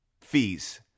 fees